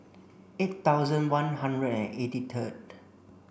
eight thousand one hundred and eighty thrid